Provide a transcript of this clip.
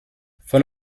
von